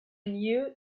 knew